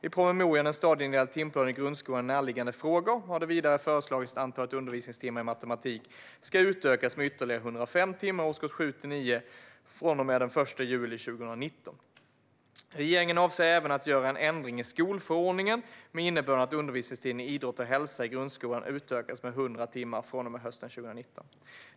I promemorian En stadieindelad timplan i grundskolan och närliggande frågor har det vidare föreslagits att antalet undervisningstimmar i matematik ska utökas med ytterligare 105 timmar i årskurs 7-9 från och med den 1 juli 2019. Regeringen avser även att göra en ändring i skolförordningen med innebörden att undervisningstiden i idrott och hälsa i grundskolan utökas med 100 timmar från och med hösten 2019.